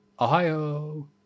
Ohio